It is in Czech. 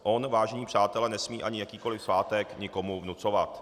On, vážení přátelé, nesmí ani jakýkoli svátek nikomu vnucovat.